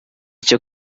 cyo